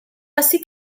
así